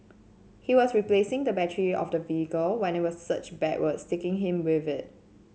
he was replacing the battery of the vehicle when it was surged backwards taking him with it